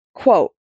Quote